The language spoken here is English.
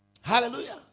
Hallelujah